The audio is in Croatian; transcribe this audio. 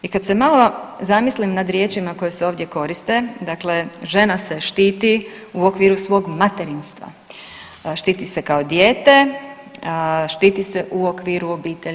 I kad se malo zamislim nad riječima koje se ovdje koriste, dakle žena se štiti u okviru svog materinstva, štiti se kao dijete, štiti se u okviru obitelji.